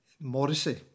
Morrissey